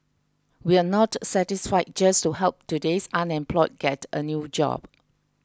we are not satisfied just to help today's unemployed get a new job